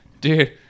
Dude